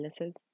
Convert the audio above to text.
illnesses